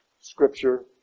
scripture